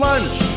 Lunch